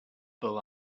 bull